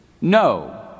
No